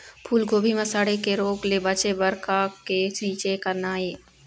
फूलगोभी म सड़े के रोग ले बचे बर का के छींचे करना ये?